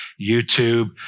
YouTube